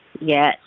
Yes